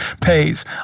pays